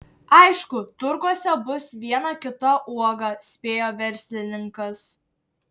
aišku turguose bus viena kita uoga spėjo verslininkas